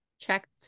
checked